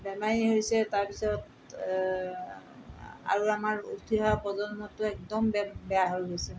বেমাৰী হৈছে তাৰপিছত আৰু আমাৰ উঠি অহা প্ৰজন্মটো একদম বেদ বেয়া হৈ গৈছে